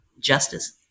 justice